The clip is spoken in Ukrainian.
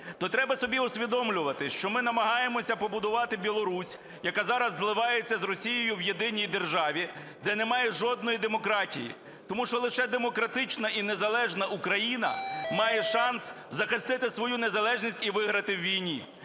то треба собі усвідомлювати, що ми намагаємося побудувати Білорусь, яка зраз зливається з Росією в єдиній державі, де немає жодної демократії. Тому що лише демократична і незалежна Україна має шанс захистити свою незалежність і виграти у війні.